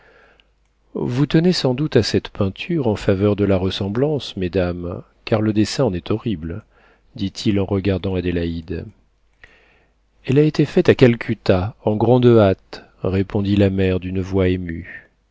vous tenez sans doute à cette peinture en faveur de la ressemblance mesdames car le dessin en est horrible dit-il en regardant adélaïde elle a été faite à calcutta en grande hâte répondit la mère d'une voix émue